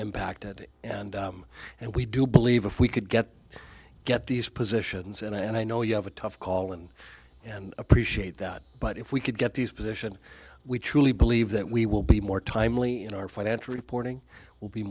impacted and and we do believe if we could get get these positions and i know you have a tough call and and appreciate that but if we could get these position we truly believe that we will be more timely in our financial reporting will be